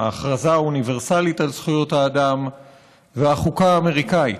ההכרזה האוניברסלית על זכויות האדם והחוקה האמריקאית.